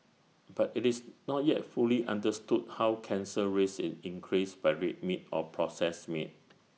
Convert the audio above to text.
but IT is not yet fully understood how cancer risk is increased by red meat or processed meat